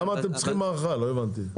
למה אתם צריכים להארכה לא הבנתי?